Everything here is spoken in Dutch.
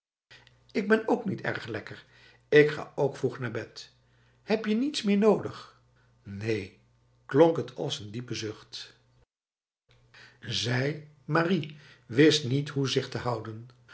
ik ben ook niet erg lekker ik ga ook vroeg naar bed heb je niets meer nodig neen klonk het als een diepe zucht zij marie wist niet hoe zich te houden